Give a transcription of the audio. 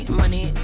money